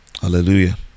Hallelujah